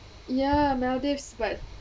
ya maldives but